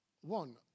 One